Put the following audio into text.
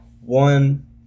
one